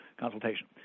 consultation